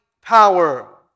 power